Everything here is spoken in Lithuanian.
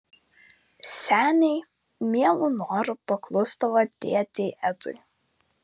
seniai mielu noru paklusdavo dėdei edui